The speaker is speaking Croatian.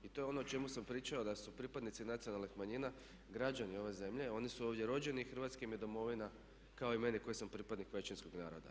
I to je ono o čemu sam pričao da su pripadnici nacionalnih manjina građani ove zemlje, oni su ovdje rođeni i Hrvatska im je domovina kao i meni koji sam pripadnik većinskog naroda.